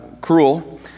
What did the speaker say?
cruel